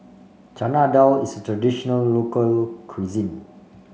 Chana Dal is a traditional local cuisine